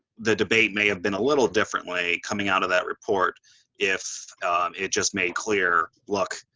the debate may have been a little differently coming out of that report if it just made clear, look,